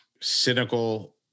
cynical